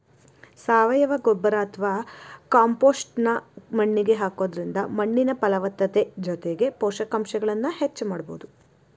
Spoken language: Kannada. ಸಾವಯವ ಗೊಬ್ಬರ ಅತ್ವಾ ಕಾಂಪೋಸ್ಟ್ ನ್ನ ಮಣ್ಣಿಗೆ ಹಾಕೋದ್ರಿಂದ ಮಣ್ಣಿನ ಫಲವತ್ತತೆ ಜೊತೆಗೆ ಪೋಷಕಾಂಶಗಳನ್ನ ಹೆಚ್ಚ ಮಾಡಬೋದು